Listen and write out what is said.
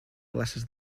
places